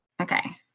Okay